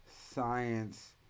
science